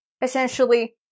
essentially